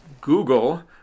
Google